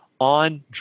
on